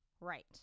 Right